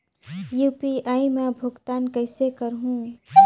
UPI मा भुगतान कइसे करहूं?